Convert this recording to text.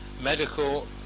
medical